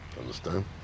Understand